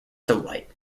delight